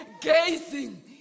gazing